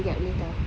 okay jap later